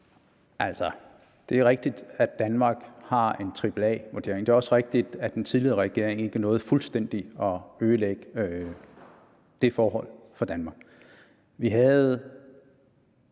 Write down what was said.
Det er rigtigt, at Danmark har en AAA-vurdering. Det er også rigtigt, at den tidligere regering ikke nåede fuldstændig at ødelægge det forhold for Danmark.